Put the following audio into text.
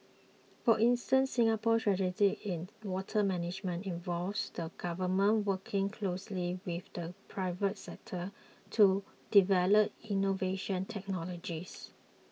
for instance Singapore's strategy in water management involves the Government working closely with the private sector to develop innovative technologies